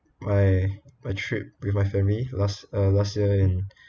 my my trip with my family last uh last year in